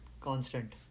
Constant